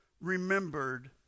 remembered